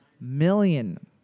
million